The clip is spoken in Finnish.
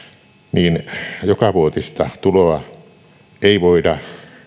niin jokavuotista tuloa ei voida